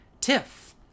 Tiff